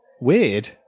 weird